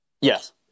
Yes